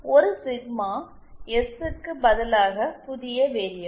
ஒரு sigma s க்கு பதிலாக புதிய வேறியபிள்